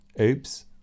Oops